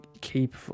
keep